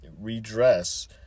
redress